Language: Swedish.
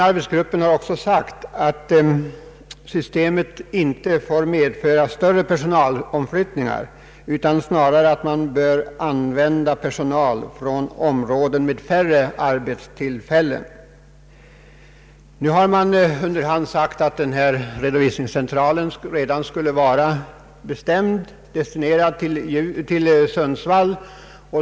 Arbetsgruppen har också sagt att systemet inte får medföra större personalomflyttningar; man bör snarare använda personal från områden med färre arbetstillfällen. Under hand har framkommit att redovisningscentralen redan skulle vara destinerad till Sundsvall.